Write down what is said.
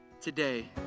today